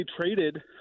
traded